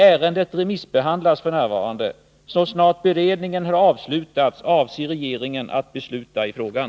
Ärendet remissbehandlas f. n. Så snart beredningen har avslutats avser regeringen att besluta i frågan.